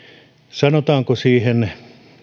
sanotaanko siihen